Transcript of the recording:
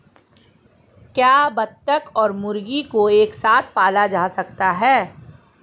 क्या बत्तख और मुर्गी को एक साथ पाला जा सकता है?